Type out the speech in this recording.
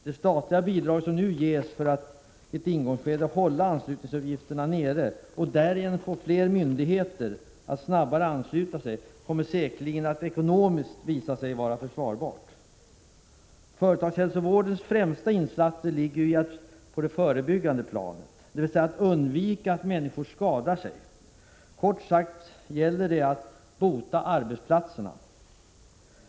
Det statliga bidrag som nu ges, för att i ett ingångsskede hålla anslutningsavgifterna nere och därigenom få flera myndigheter att snabbare ansluta sig, kommer säkerligen att visa sig vara ekonomiskt försvarbart. Företagshälsovårdens främsta insatser ligger ju på det förebyggande planet — man skall alltså undvika att människor skadar sig. Kort sagt gäller det att ”bota arbetsplatserna”.